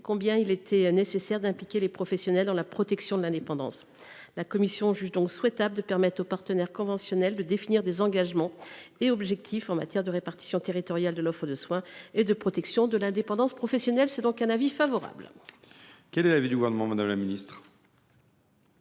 combien il était nécessaire d’impliquer les professionnels dans la protection de l’indépendance. La commission juge donc souhaitable de permettre aux partenaires conventionnels de définir des engagements et objectifs en matière de répartition territoriale de l’offre de soins et de protection de l’indépendance professionnelle. Quel est l’avis du Gouvernement ? Le Gouvernement